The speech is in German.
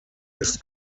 ist